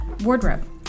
wardrobe